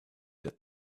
that